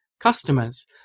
customers